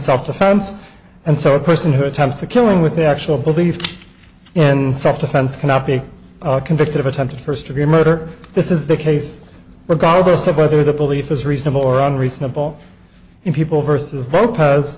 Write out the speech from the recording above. self defense and so a person who attempts a killing with actual belief and self defense cannot be convicted of attempted first degree murder this is the case regardless of whether the belief is reasonable or unreasonable in people versus lopez